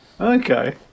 Okay